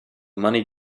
money